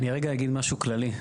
אני רגע אגיד משהו כללי.